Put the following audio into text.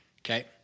Okay